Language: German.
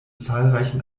zahlreichen